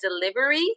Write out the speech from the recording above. delivery